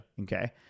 Okay